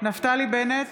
נפתלי בנט,